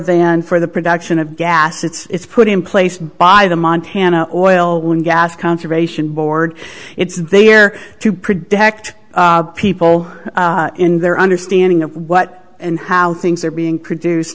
then for the production of gas it's put in place by the montana oil one gas conservation board it's there to predict people in their understanding of what and how things are being produced